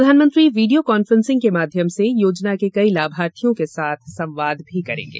प्रधानमंत्री video conferencing के माध्यम से योजना के कई लाभार्थियों के साथ संवाद भी करेंगे